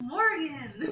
Morgan